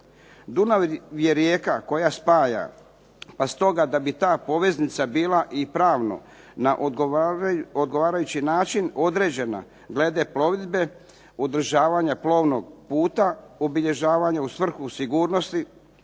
Dunav je rijeka koja spaja, stoga da bi ta poveznica bila i pravno na odgovarajući način određena glede plovidba održavanja plovnog puta, obilježavanja u svrhu sigurnosti